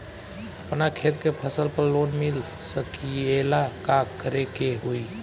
अपना खेत के फसल पर लोन मिल सकीएला का करे के होई?